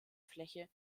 fläche